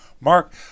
Mark